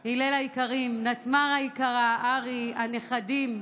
הלל היקרה, נתמר היקרה, ארי, הנכדים,